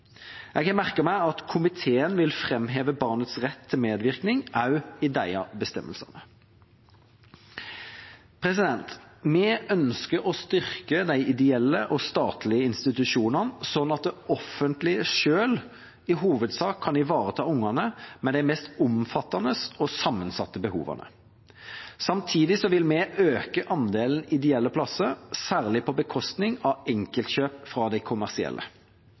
Jeg har merket meg at komiteen vil framheve barnets rett til medvirkning også i disse bestemmelsene. Vi ønsker å styrke de ideelle og statlige institusjonene, slik at det offentlige selv i hovedsak kan ivareta ungene med de mest omfattende og sammensatte behovene. Samtidig vil vi øke andelen ideelle plasser, særlig på bekostning av enkeltkjøp fra de kommersielle.